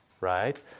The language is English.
right